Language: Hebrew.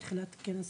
שתחילת כנס הקיץ.